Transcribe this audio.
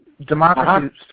Democracy